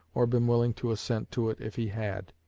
or been willing to assent to it if he had.